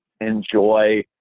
Enjoy